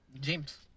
James